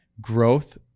growth